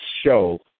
show